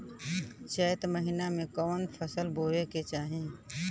चैत महीना में कवन फशल बोए के चाही?